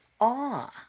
awe